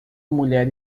mulher